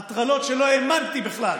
הטרלות שלא האמנתי בכלל